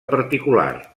particular